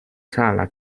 sala